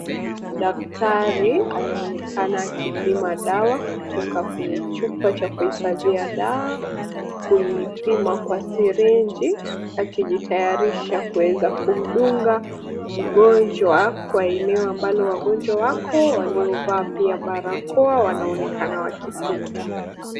Daktari anaonekana akipima dawa kutoka kwenye chupa cha kuhifadhia dawa kuipima kwa sirinji akijitayarisha kuweza kumdunga mgonjwa kwa eneo ambalo wagonjwa wako waliovaa pia barakoa wanaonekana wakipita.